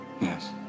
Yes